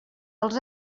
els